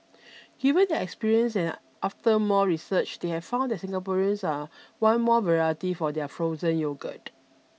given their experience and after more research they have found that Singaporeans are want more variety for their frozen yogurt